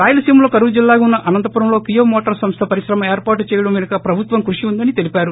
రాయలసీమలో కరవు జిల్లాగా ఉన్న అనంతపురంలో కియా మోటార్ సంస్ల పరిశ్రమ ఏర్పాటు చేయడం ఎనుక ప్రభుత్వ కృషి ఉందని తెలిపారు